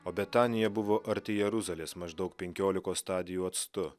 o betanija buvo arti jeruzalės maždaug penkiolikos stadijų atstu